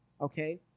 okay